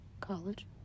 College